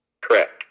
Correct